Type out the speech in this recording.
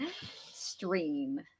Stream